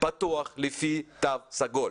לפי תו סגול.